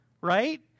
right